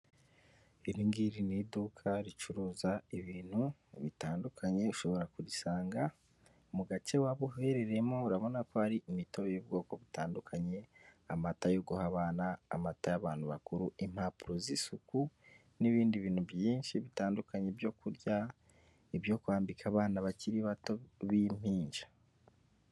Iringiri ni iduka ricuruza ibintu bitandukanye ushobora kurisanga mu gace waba uherereyemo, urabona ko hari imitobe y'ubwoko butandukanye, amata yo guha abana, amata y'abantu bakuru, impapuro z'isuku n'ibindi bintu byinshi bitandukanye byo kurya, ibyo kwambika abana bakiri bato b'impinja.